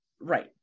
right